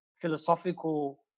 philosophical